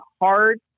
hard